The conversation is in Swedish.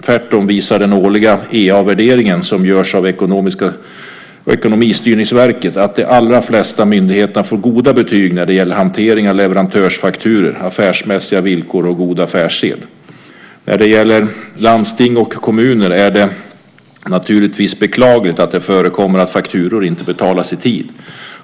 Tvärtom visar den årliga EA-värdering som görs av Ekonomistyrningsverket att de allra flesta myndigheterna får goda betyg när det gäller hantering av leverantörsfakturor, affärsmässiga villkor och god affärssed. När det gäller landsting och kommuner är det naturligtvis beklagligt att det förekommer att fakturor inte betalas i tid.